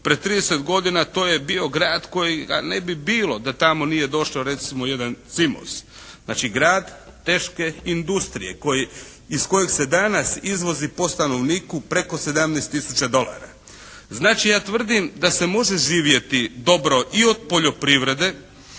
pred 30 godina to je bio grad kojega ne bi bilo da tamo nije došlo recimo jedan "Cimos", znači teške industrije iz kojeg se danas izvozi po stanovniku preko 17 tisuća dolara. Znači ja tvrdim da se može živjeti dobro i od poljoprivrede,